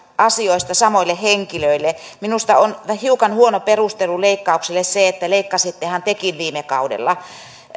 asioista samoille henkilöille minusta on hiukan huono perustelu leikkauksille se että leikkasittehan tekin viime kaudella